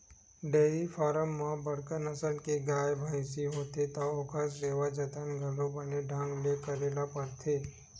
dairy farm म बड़का नसल के गाय, भइसी होथे त ओखर सेवा जतन घलो बने ढंग ले करे ल परथे